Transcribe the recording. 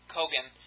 Kogan